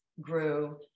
grew